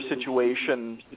situation